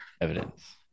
evidence